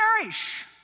perish